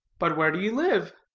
but where do you live?